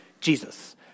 Jesus